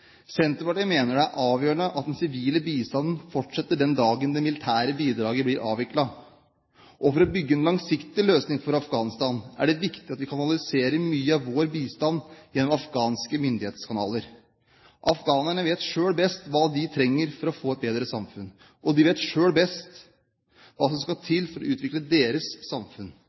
Senterpartiet mener det er avgjørende at den sivile bistanden fortsetter den dagen det militære bidraget blir avviklet. For å bygge en langsiktig løsning for Afghanistan er det viktig at vi kanaliserer mye av vår bistand gjennom afghanske myndighetskanaler. Afghanerne vet selv best hva de trenger for å få et bedre samfunn, og de vet selv best hva som skal til for å utvikle eget samfunn.